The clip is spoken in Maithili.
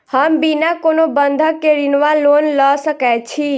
हम बिना कोनो बंधक केँ ऋण वा लोन लऽ सकै छी?